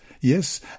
Yes